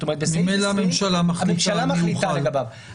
הממשלה מחליטה לגביו.